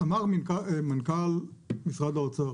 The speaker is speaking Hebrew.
אמר מנכ"ל משרד האוצר